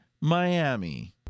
Miami